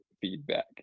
feedback